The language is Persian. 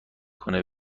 کنه